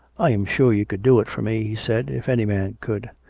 i am sure you could do it for me, he said, if any man could.